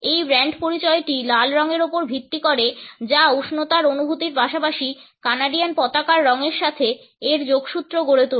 এর ব্র্যান্ড পরিচয়টি লাল রঙের উপর ভিত্তি করে যা উষ্ণতার অনুভূতির পাশাপাশি কানাডিয়ান পতাকার রঙের সাথে এর যোগসূত্র গড়ে তোলে